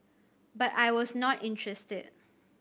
but I was not interested